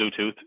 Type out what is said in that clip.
bluetooth